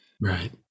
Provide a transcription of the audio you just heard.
right